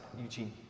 Eugene